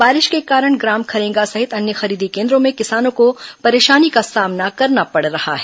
बारिश के कारण ग्राम खरेंगा सहित अन्य खरीदी केन्द्रों में किसानों को परेशानी का सामना करना पड़ रहा है